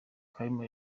kalima